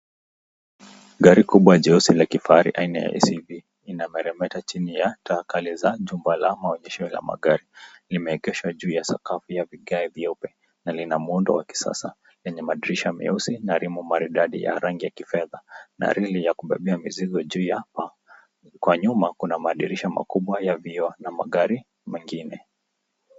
Gari kubwa jeusi la kifahari aina ya SUV ina meremeta chini ya taa kali za jumba la maonyesho la magari. Limewekeshwa juu ya sakafu ya vigae vyeupe na lina muundo wa kisasa lenye madirisha meusi na rimu maridadi ya rangi ya kifedha na reli ya kubebea mizigo juu ya paa. Kwa nyuma kuna madirisha makubwa ya vioo na magari mengine.